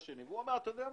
הוא אמר: אתה יודע מה,